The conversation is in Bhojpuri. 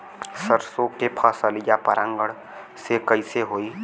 सरसो के फसलिया परागण से कईसे होई?